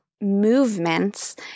Movements